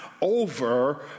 over